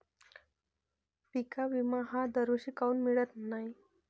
पिका विमा हा दरवर्षी काऊन मिळत न्हाई?